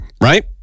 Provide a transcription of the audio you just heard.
Right